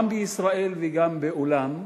גם בישראל וגם בעולם,